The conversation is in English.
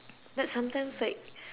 but sometimes like